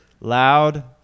loud